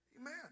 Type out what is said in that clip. Amen